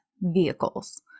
vehicles